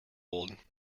old